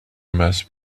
must